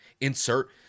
insert